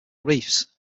reefs